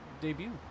debut